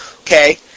Okay